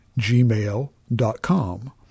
gmail.com